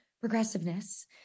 progressiveness